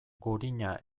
gurina